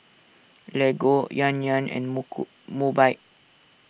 Lego Yan Yan and Mobike